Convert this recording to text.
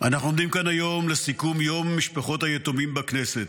אנחנו עומדים כאן היום לסיכום יום משפחות היתומים בכנסת.